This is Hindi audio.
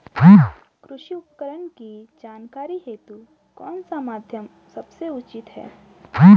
कृषि उपकरण की जानकारी हेतु कौन सा माध्यम सबसे उचित है?